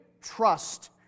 trust